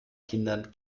kindern